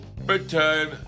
bedtime